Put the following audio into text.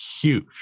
huge